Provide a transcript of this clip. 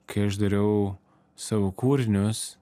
kai aš dariau savo kūrinius